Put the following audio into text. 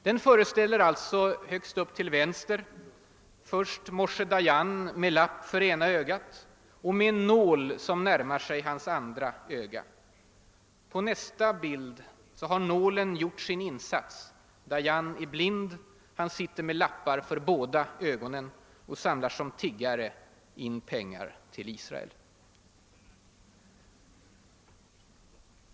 Den föreställer alltså Moshe Dayan med lapp för ena ögat och med en nål som närmar sig hans andra öga. På nästa bild har nålen gjort sin insats, Dayan är blind, sitter med lappar för båda ögonen och samlar som tiggare in pengar till Israel.